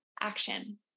action